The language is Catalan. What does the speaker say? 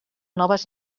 noves